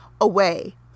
away